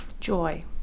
joy